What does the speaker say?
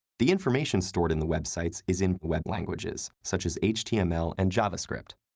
the information stored in the websites is in web languages, such as html and javascript.